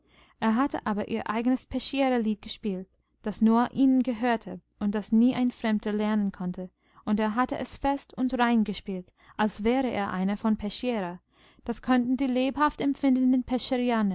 er hatte aber ihr eigenes peschiera lied gespielt das nur ihnen gehörte und das nie ein fremder lernen konnte und er hatte es fest und rein gespielt als wäre er einer von peschiera das konnten die lebhaft empfindenden